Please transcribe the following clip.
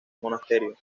monasterio